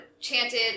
chanted